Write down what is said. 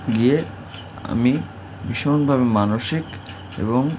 গিয়ে আমি ভীষণভাবে মানসিক এবং